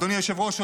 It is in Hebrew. אדוני היושב-ראש,